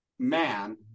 man